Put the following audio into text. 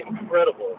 incredible